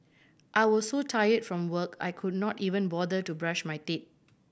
I was so tired from work I could not even bother to brush my teeth